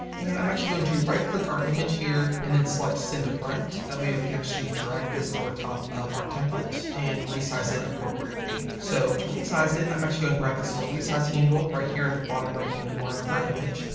and i'm actually going to right click our image here, and then select send to front. that way we can actually drag this over top of our template, and resize it appropriately. so to resize it, i'm actually going to grab this little resize handle right here at the bottom right hand corner of our image,